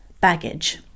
baggage